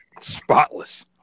spotless